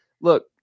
look